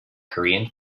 korean